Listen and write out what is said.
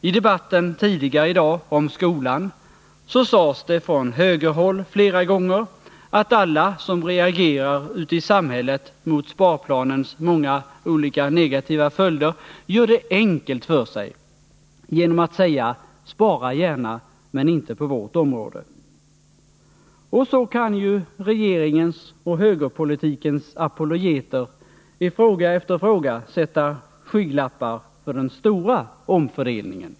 I debatten tidigare i dag om skolan sades det från högerhåll flera gånger att alla som reagerar ute i samhället mot sparplanens många negativa följder gör det enkelt för sig genom att säga: ”Spara gärna men inte på vårt område”. Så kan ju regeringens och högerpolitikens apologeter i fråga efter fråga sätta skygglappar för den stora omfördelningen.